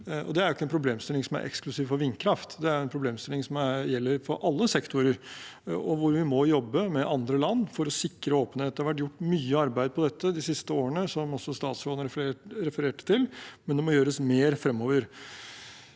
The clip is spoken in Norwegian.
det er ikke en problemstilling som er eksklusiv for vindkraft; det er en problemstilling som gjelder for alle sektorer, og noe vi må jobbe med andre land for å sikre åpenhet om. Det har vært gjort mye arbeid på dette de siste årene, som også statsråden refererte til, men det må gjøres mer fremover.